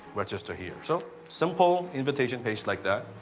register here. so, simple invitation page like that.